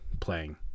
playing